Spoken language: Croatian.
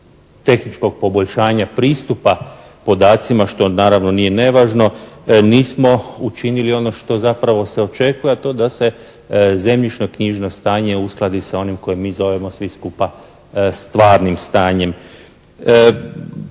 tehničkog poboljšanja pristupa podacima što naravno nije nevažno, da nismo učinili ono što zapravo se očekuje, a to da se zemljišno-knjižno stanje uskladi sa onim koje mi zovemo svi skupa stvarnim stanjem.